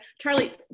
charlie